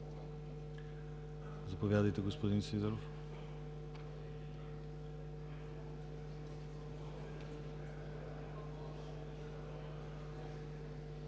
Заповядайте, господин Сидеров.